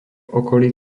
okolí